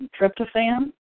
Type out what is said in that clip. tryptophan